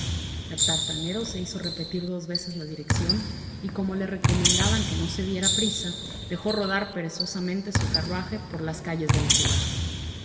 tartanero se hizo repetir dos veces la dirección y como le recomendaban que no se diera prisa dejó rodar perezosamente su carruaje por las calles de la ciudad